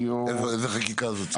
איזו חקיקה זו?